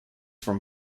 from